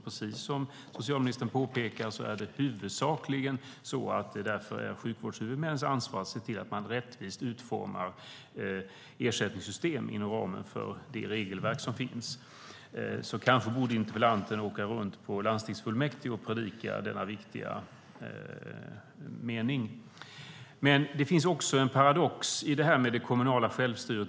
Precis som socialministern påpekar är det huvudsakligen sjukvårdshuvudmännens ansvar att se till att de rättvist utformar ersättningssystem inom ramen för det regelverk som finns. Kanske borde interpellanten åka runt till landstingsfullmäktige och predika denna viktiga mening. Men det finns en paradox i det kommunala självstyret.